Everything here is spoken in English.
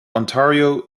ontario